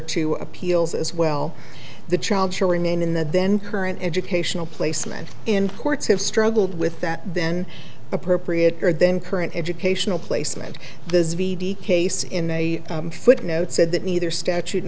to appeals as well the child shall remain in the then current educational placement in courts have struggled with that then appropriate for them current educational placement the case in a footnote said that neither statute